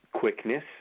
Quickness